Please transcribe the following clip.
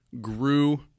grew